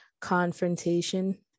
confrontation